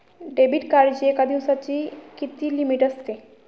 Debit कार्डची एका दिवसाची किती लिमिट असते?